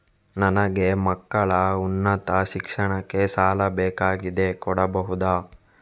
ನನಗೆ ಮಕ್ಕಳ ಉನ್ನತ ಶಿಕ್ಷಣಕ್ಕೆ ಸಾಲ ಬೇಕಾಗಿದೆ ಕೊಡಬಹುದ?